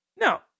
Now